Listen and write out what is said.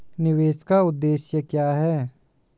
निवेश का उद्देश्य क्या है?